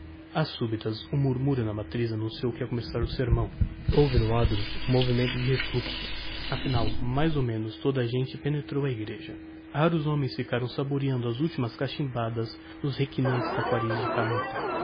a subitas um murmurio na matriz annunciou que ia começar o sermão houve no adro um movimento de refluxo afinal mais ou menos toda gente penetrou na egreja raros homens ficaram saboreando as ultimas cachimbadas nos rechinantes taquarys de cametá